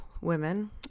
women